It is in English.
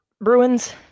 Bruins